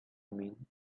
mean